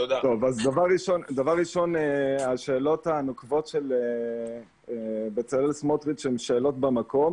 דבר ראשון השאלות הנוקבות של בצלאל סמוטריץ' הם שאלות במקום.